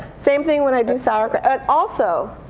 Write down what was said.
same thing when i do sauerkraut and also,